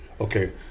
Okay